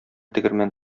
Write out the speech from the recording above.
тегермән